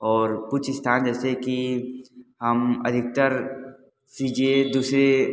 और कुछ स्थान जैसे कि हम अधिकतर चीजें दूसरे